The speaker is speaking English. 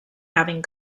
having